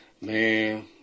Man